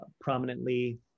prominently